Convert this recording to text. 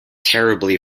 terribly